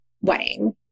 wedding